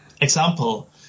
example